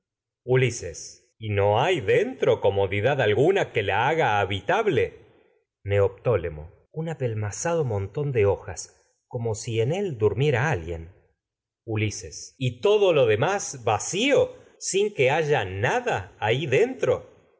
ulises la y no hay dentro comodidad alguna que haga habitable neoptólemo si un apelmazado montón de hojas como en él durmiera alguien sin que ulises ahí y todo lo demás vacío haya nada dentro